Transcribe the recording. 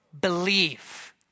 Believe